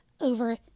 over